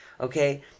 Okay